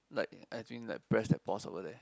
like I doing like press and pause over there